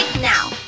now